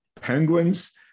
penguins